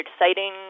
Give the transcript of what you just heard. exciting